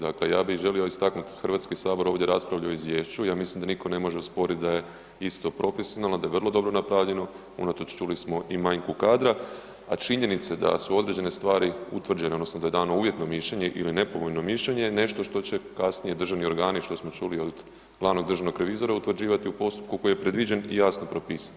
Dakle, ja bih želio istaknuti HS ovdje raspravlja o izvješću i ja mislim da nitko ne može osporiti da je isto profesionalno, da je vrlo dobro napravljeno unatoč čuli smo i manjku kadra, a činjenice da su određene stvari utvrđene odnosno da je dano uvjetno mišljenje ili nepovoljno mišljenje je nešto što će kasnije državni organi, što smo uči od glavnog državnog revizora, utvrđivati u postupku koji je predviđen i jasno propisan.